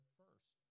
first